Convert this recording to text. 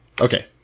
Okay